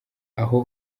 aho